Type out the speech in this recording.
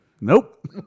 nope